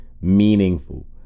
meaningful